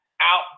out